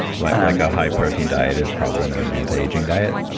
like like a high-protein diet is probably not an anti-aging diet?